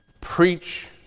preach